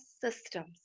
systems